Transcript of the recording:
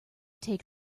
take